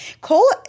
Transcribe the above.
Cole